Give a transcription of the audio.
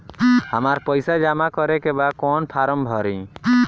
हमरा पइसा जमा करेके बा कवन फारम भरी?